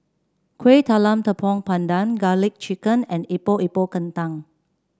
Kueh Talam Tepong Pandan garlic chicken and Epok Epok Kentang